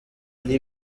ari